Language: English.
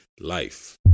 life